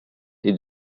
est